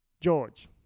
George